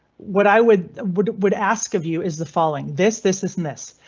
what i would would would ask of you is the following this. this is this.